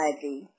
Ivy